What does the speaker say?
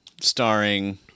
starring